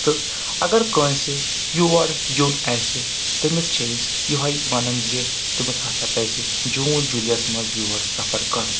تہٕ اگر کٲنٛسہِ یور یُن آسہِ تٔمِس چھِ أسۍ یِہے وَنَن زِ تٔمِس ہسا پَزِ جوٗن جوٗلیَس منٛز یور سفر کَرُن